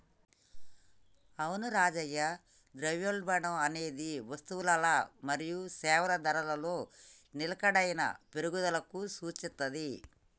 అవును రాజయ్య ద్రవ్యోల్బణం అనేది వస్తువులల మరియు సేవల ధరలలో నిలకడైన పెరుగుదలకు సూచిత్తది